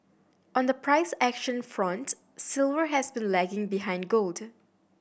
on the price action front silver has been lagging behind gold